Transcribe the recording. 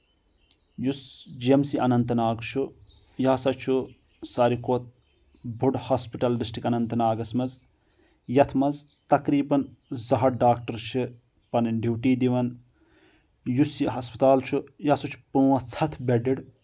یُس G M C Anantnag چھُ یہِ ہسا چھُ ساروٕے کھۄتہٕ بوٚڑ ہاسپِٹل ڈسٹرک اننت ناگس منٛز یتھ منٛز تقریٖبن زٕ ہَتھ ڈاکٹر چھِ پنٕنۍ ڈیوٗٹی دِوان یُس یہِ ہسپتال چھُ یہِ ہسا چھُ پانٛژھ ہتھ بیڈِڈ